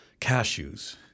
cashews